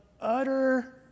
utter